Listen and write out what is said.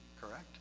correct